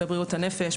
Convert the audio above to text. הנפש,